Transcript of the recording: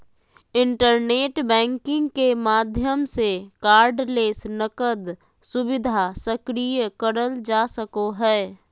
internet banking के माध्यम से कार्डलेस नकद सुविधा सक्रिय करल जा सको हय